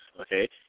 okay